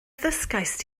ddysgaist